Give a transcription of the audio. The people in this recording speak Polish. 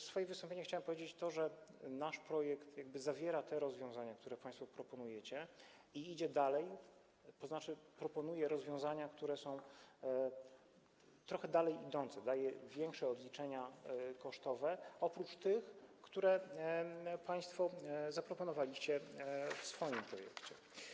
W swoim wystąpieniu chciałem powiedzieć, że nasz projekt zawiera rozwiązania, które państwo proponujecie, i idzie dalej, tzn. proponuje rozwiązania, które są trochę dalej idące, daje większe odliczenia kosztowe niż te, które państwo zaproponowaliście w swoim projekcie.